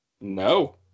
No